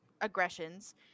aggressions